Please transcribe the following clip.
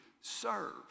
serve